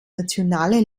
nationale